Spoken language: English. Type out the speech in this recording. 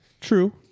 True